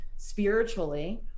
Spiritually